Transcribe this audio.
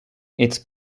its